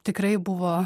tikrai buvo